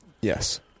Yes